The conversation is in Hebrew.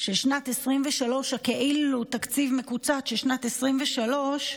של שנת 2023, הכאילו-תקציב מקוצץ של שנת 2023,